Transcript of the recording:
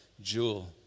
jewel